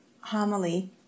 homily